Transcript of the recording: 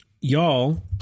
Y'all